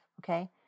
okay